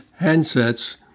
handsets